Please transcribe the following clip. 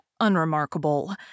unremarkable